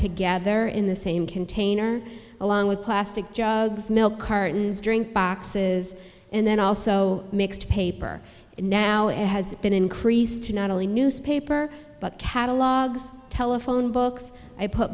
together in the same container along with plastic jugs milk cartons drink boxes and then also mixed paper and now it has been increased to not only newspaper but catalogs telephone books i put